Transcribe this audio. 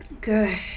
Good